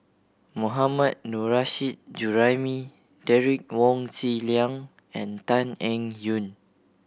Mohammad Nurrasyid Juraimi Derek Wong Zi Liang and Tan Eng Yoon